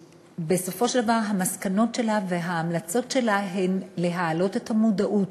ובסופו של דבר המסקנות שלה וההמלצות שלה הן להעלות את המודעות